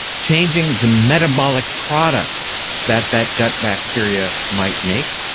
changing the metabolic products that that gut bacteria might make.